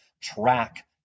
track